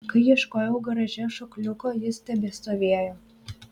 kai ieškojau garaže šokliuko jis tebestovėjo